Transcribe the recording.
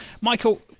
Michael